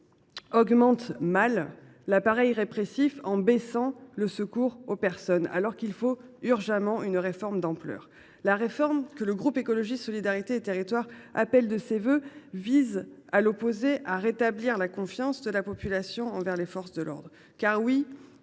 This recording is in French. augmente mal l’appareil répressif en baissant le secours aux personnes, alors qu’il faut urgemment une réforme d’ampleur. À l’inverse, la réforme que le groupe Écologiste – Solidarité et Territoires appelle de ses vœux vise à rétablir la confiance de la population envers les forces de l’ordre. Ce lien